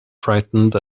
frightened